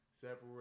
separate